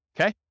Okay